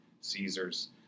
Caesars